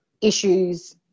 issues